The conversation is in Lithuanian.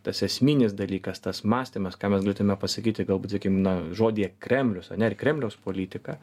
tas esminis dalykas tas mąstymas ką mes galėtume pasakyti galbūt sakykim na žodyje kremlius ane ir kremliaus politika